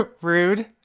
Rude